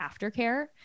aftercare